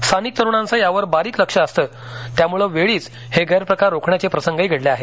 स्थानिक तरूणांचं यावर बारीक लक्ष असतं त्यामुळं वेळीच हे गैरप्रकार रोखण्याचे प्रसंगही घडले आहेत